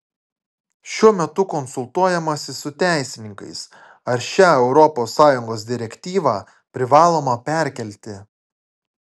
šiuo metu konsultuojamasi su teisininkais ar šią europos sąjungos direktyvą privaloma perkelti